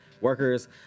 workers